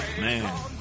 man